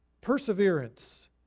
perseverance